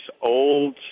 old